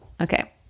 okay